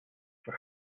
for